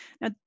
Now